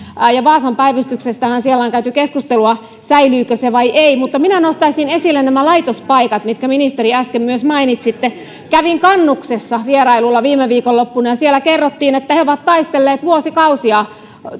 ja vaasan päivystyksestähän siellä on käyty keskustelua säilyykö se vai ei mutta minä nostaisin esille nämä laitospaikat mitkä ministeri äsken myös mainitsitte kävin kannuksessa vierailulla viime viikonloppuna ja siellä kerrottiin että he ovat taistelleet vuosikausia